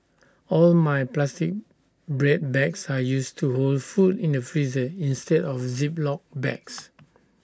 all my plastic bread bags are used to hold food in the freezer instead of Ziploc bags